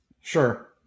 Sure